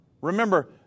Remember